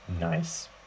Nice